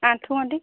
ଆଣ୍ଠୁ ଗଣ୍ଠି